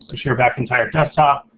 but share back entire desktop.